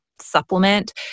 supplement